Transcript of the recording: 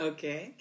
Okay